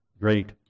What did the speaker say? great